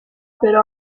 però